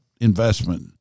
investment